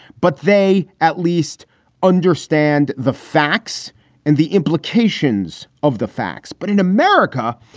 but they at least understand the facts and the implications of the facts. but in america,